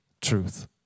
truth